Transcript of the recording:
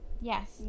Yes